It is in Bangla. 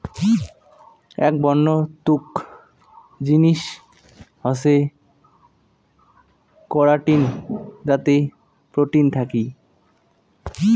আক বন্য তুক জিনিস হসে করাটিন যাতে প্রোটিন থাকি